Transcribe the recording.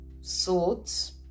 swords